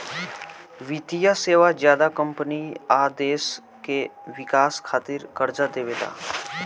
वित्तीय सेवा ज्यादा कम्पनी आ देश के विकास खातिर कर्जा देवेला